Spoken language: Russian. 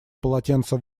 полотенце